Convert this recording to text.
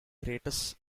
greatest